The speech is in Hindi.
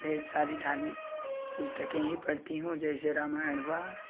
ढेर सारी धार्मिक पुस्तकें ही पढ़ती हूँ जैसे रामायण हुआ